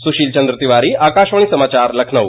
सुशील चंद्र तिवारी आकाशवाणी समाचार लखनऊ